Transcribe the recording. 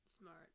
smart